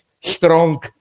Strong